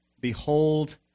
behold